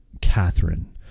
Catherine